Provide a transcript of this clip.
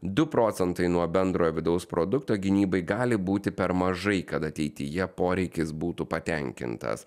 du procentai nuo bendrojo vidaus produkto gynybai gali būti per mažai kad ateityje poreikis būtų patenkintas